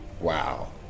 Wow